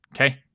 Okay